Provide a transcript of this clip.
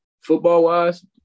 Football-wise